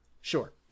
Sure